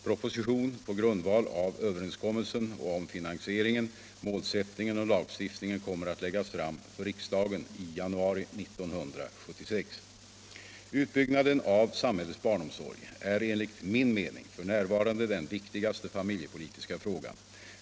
Proposition på grundval av överenskommelsen och om finansieringen, målsättningen och lagstiftningen kommer att läggas fram för riksdagen i januari 1976. Utbyggnaden av samhällets barnomsorg är enligt min mening f.n. den viktigaste familjepolitiska frågan.